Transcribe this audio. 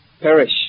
perish